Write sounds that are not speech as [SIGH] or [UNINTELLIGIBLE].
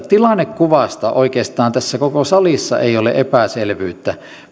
[UNINTELLIGIBLE] tilannekuvasta oikeastaan tässä koko salissa ei ole epäselvyyttä